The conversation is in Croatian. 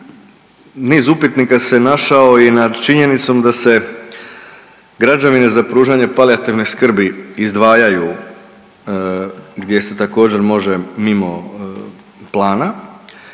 niz upitnika se našao i nad činjenicom da se građevine za pružanje palijativne skrbi izdvajaju, gdje se također, može mimo plana,